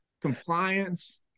compliance